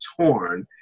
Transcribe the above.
torn